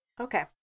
Okay